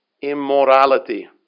immorality